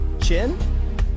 chin